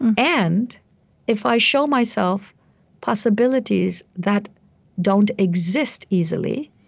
and and if i show myself possibilities that don't exist easily,